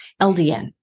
LDN